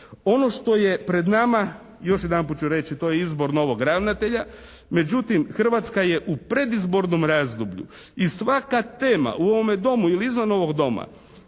Ono što je pred nama još jedanput ću reći to je izbor novog ravnatelja međutim Hrvatska je u predizbornom razdoblju i svaka tema u ovome Domu ili izvan ovog Doma